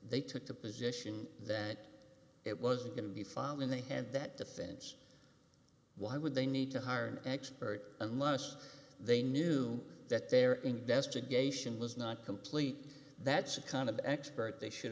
they took the position that it was going to be filed in the head that defense why would they need to hire an expert unless they knew that their investigation was not complete that's a kind of expert they should